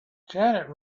janet